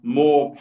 more